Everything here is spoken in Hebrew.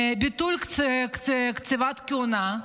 ביטול קציבת כהונה.